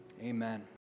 Amen